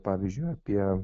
pavyzdžiui apie